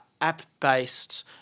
app-based